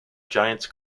giants